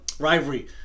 Rivalry